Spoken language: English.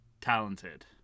talented